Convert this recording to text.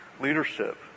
leadership